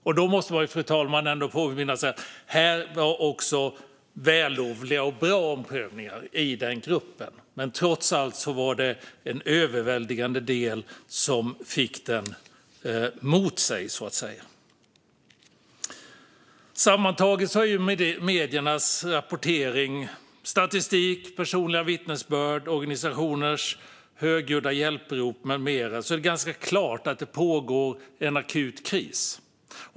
Man måste påminna sig om, fru talman, att det också har gjorts vällovliga och bra omprövningar i denna grupp, men trots allt var det en överväldigande del som så att säga fick omprövningen mot sig. Sammantaget - med mediernas rapportering, statistik, personliga vittnesbörd, organisationers högljudda hjälprop med mera - är det ganska klart att det råder en akut kris.